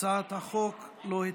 הצעת החוק לא התקבלה.